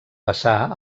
passà